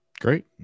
great